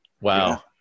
Wow